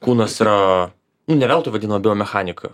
kūnas yra nu ne veltui vadino biomechanika